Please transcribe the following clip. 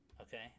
okay